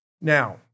Now